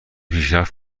پیشرفت